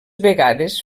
vegades